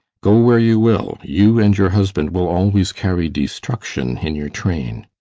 go where you will, you and your husband will always carry destruction in your train.